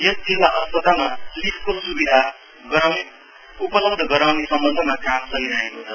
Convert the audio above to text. यस जिल्ला अस्पतालमा लिफ्टको सुविधा उपलब्ध गराउने सम्वन्धमा काम चलिरहेको छ